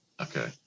okay